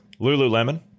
Lululemon